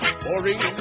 boring